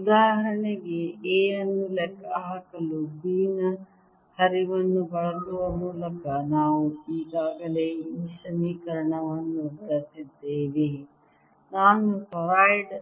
ಉದಾಹರಣೆಗೆ A ಅನ್ನು ಲೆಕ್ಕಹಾಕಲು B ನ ಹರಿವನ್ನು ಬಳಸುವ ಮೂಲಕ ನಾವು ಈಗಾಗಲೇ ಈ ಸಮೀಕರಣವನ್ನು ಬಳಸಿದ್ದೇವೆ ನಾನು ಟೊರಾಯ್ಡ್